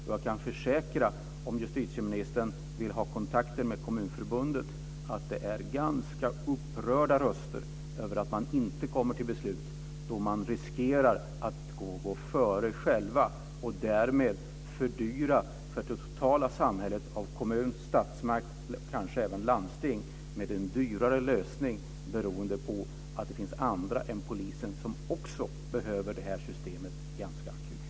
Jag kan försäkra justitieministern att vid kontakter med Kommunförbundet kommer det fram upprörda röster över att det inte blir beslut. Risken är att de går före själva, och därmed blir det en dyrare lösning för kommun, statsmakt och landsting, beroende på att det finns andra än polisen som också behöver systemet akut.